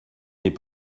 n’est